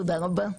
תודה רבה.